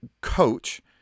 coach